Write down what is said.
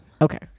Okay